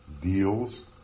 deals